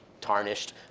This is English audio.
tarnished